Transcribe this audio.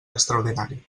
extraordinari